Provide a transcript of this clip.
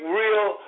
real